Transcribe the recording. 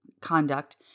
conduct